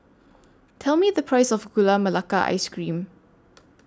Tell Me The Price of Gula Melaka Ice Cream